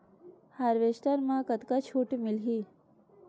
Harvester म कतका छूट मिलही?